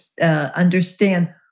understand